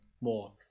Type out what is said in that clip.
more